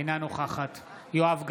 אינה נוכחת יואב גלנט,